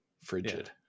frigid